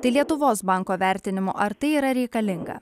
tai lietuvos banko vertinimu ar tai yra reikalinga